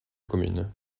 commune